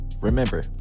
Remember